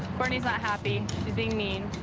courtney's not happy. she's being mean.